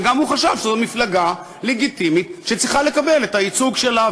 וגם הוא חשב שזאת מפלגה לגיטימית שצריכה לקבל את הייצוג שלה,